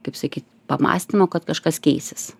kaip sakyt pamąstymo kad kažkas keisis